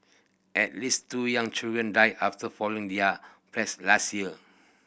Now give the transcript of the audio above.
at least two young children died after falling their flats last year